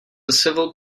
civil